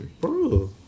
Bro